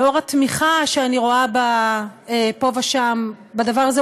בעקבות התמיכה שאני רואה פה ושם בדבר הזה?